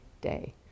day